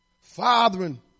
fathering